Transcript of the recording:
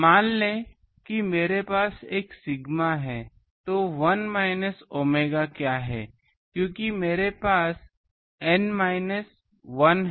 मान लें कि मेरे पास सिग्मा है तो 1 माइनस ओमेगा क्या है क्योंकि मेरे पास n माइनस 1 है